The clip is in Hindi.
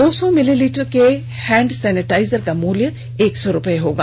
दो सौ मिलीलीटर के हैंड सैनिटाइजर का मूल्य एक सौ रुपये होगा